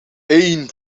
één